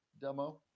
demo